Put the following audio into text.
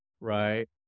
right